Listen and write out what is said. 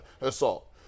assault